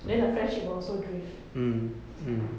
then the friendship will also drift